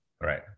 right